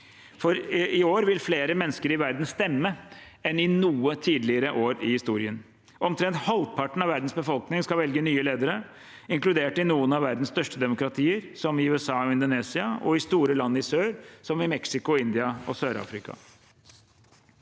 for i år vil flere mennesker i verden stemme enn i noe tidligere år i historien. Omtrent halvparten av verdens befolkning skal velge nye ledere, inkludert i noen av verdens største demokratier, som USA og Indonesia, og store land i sør, som Mexico, India og Sør-Afrika.